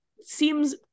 seems